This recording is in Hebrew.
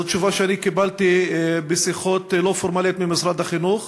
זו תשובה שאני קיבלתי בשיחות לא פורמליות ממשרד החינוך.